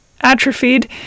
atrophied